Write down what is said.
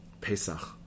Pesach